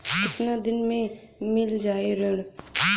कितना दिन में मील जाई ऋण?